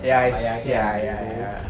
ya sia ya ya